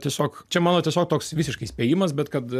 tiesiog čia mano tiesiog toks visiškai spėjimas bet kad